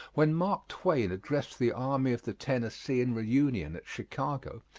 when mark twain addressed the army of the tennessee in reunion at chicago,